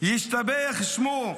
ישתבח שמו,